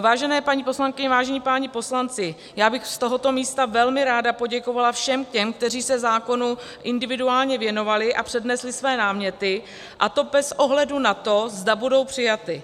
Vážené paní poslankyně, vážení páni poslanci, já bych z tohoto místa velmi ráda poděkovala všem těm, kteří se zákonu individuálně věnovali a přednesli své náměty, a to bez ohledu na to, zda budou přijaty.